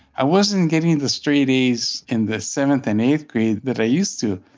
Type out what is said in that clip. i wasn't getting the straight a's in the seventh and eighth grade that i used to.